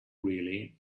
really